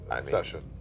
session